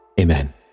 Amen